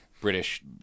British